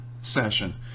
session